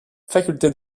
faculté